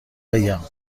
بگم